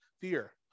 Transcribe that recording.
fear